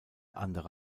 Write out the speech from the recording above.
andere